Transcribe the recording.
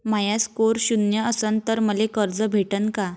माया score शून्य असन तर मले कर्ज भेटन का?